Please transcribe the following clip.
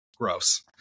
gross